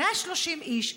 130 איש,